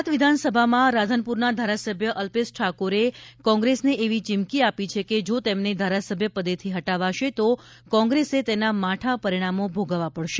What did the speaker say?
ગુજરાત વિધાનસભામાં રાધનપુરના ધારાસભ્ય અલ્પેશ ઠાકોરે કોંગ્રેસને એવી ચીમકી આપી છે કે જો તેમને ધારાસભ્ય પદેથી હટાવાશે તો કોંગ્રેસે તેના માઠા પરિણામો ભોગવવા પડશે